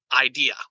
idea